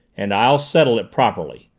and i'll settle it properly.